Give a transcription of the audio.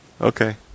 Okay